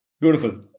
beautiful